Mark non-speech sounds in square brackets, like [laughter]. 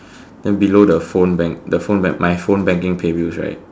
[breath] then below the phone bank the phone map my phone banking pay bills right